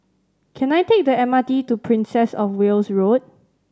can I take the M R T to Princess Of Wales Road